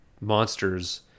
monsters